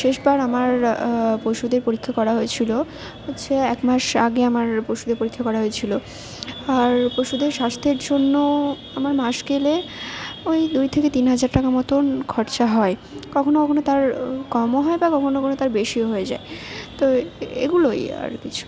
শেষবার আমার পশুদের পরীক্ষা করা হয়েছিলো হচ্ছে একমাস আগে আমার পশুদের পরীক্ষা করা হয়েছিলো আর পশুদের স্বাস্থ্যের জন্য আমার মাস গেলে ওই দুই থেকে তিন হাজার টাকা মতন খরচা হয় কখনও কখনও তার কমও হয় বা কখনও কখনও তার বেশিও হয়ে যায় তো এগুলোই আর কিছু না